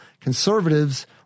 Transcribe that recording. conservatives